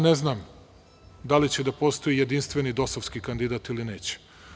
Ne znam da li će da postoji jedinstveni dosovski kandidat ili neće?